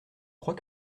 crois